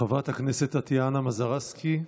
חברת הכנסת טטיאנה מזרסקי,